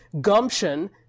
gumption